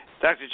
Dr